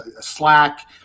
Slack